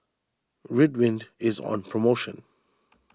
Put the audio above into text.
Ridwind is on promotion